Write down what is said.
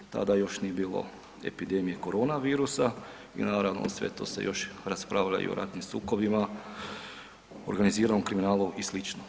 Tada još nije bilo epidemije korona virusa i naravno uz sve to se još raspravlja i o ratnim sukobima, organiziranom kriminalu i slično.